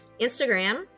Instagram